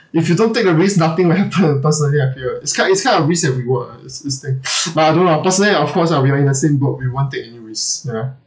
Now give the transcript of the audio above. if you don't take the risk nothing will happen personally I feel it's kind it's kind of risk and reward ah this this thing but I don't know lah personally uh of course ah we are in the same boat we won't take any risk ya